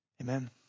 Amen